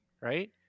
right